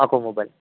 આખો મોબાઇલ